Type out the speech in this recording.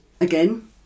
again